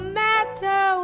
matter